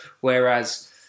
Whereas